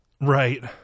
Right